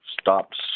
stops